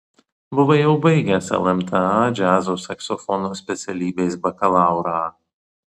buvai jau baigęs lmta džiazo saksofono specialybės bakalaurą